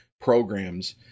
programs